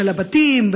של הבתים,